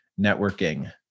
networking